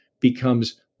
becomes